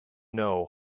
know